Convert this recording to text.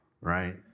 right